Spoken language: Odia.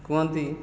କୁହନ୍ତି